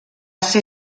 ser